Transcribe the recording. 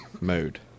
mode